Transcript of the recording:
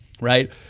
right